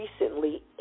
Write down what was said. recently